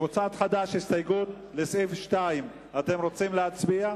קבוצת חד"ש, הסתייגות לסעיף 2. אתם רוצים להצביע?